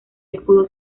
escudo